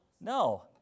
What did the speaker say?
No